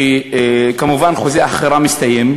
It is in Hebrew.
שכמובן חוזה החכירה מסתיים,